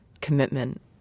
commitment